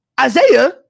Isaiah